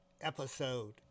Episode